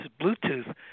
Bluetooth